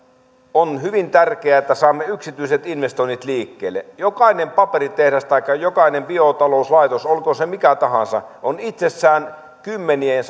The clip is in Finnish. on hyvin tärkeää että saamme yksityiset investoinnit liikkeelle jokainen paperitehdas taikka jokainen biotalouslaitos olkoon se mikä tahansa on itsessään kymmenien